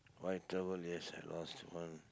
white towel yes I lost one